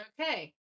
Okay